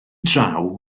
draw